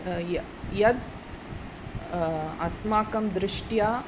य यद् अस्माकं दृष्ट्या